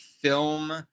film